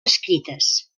escrites